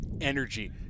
energy